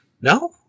No